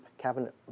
cabinet